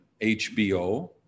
HBO